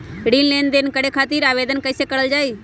ऋण लेनदेन करे खातीर आवेदन कइसे करल जाई?